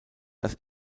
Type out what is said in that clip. das